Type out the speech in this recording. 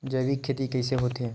जैविक खेती कइसे होथे?